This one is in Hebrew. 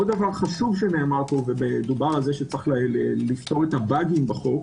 דובר פה גם על הבאגים בחוק.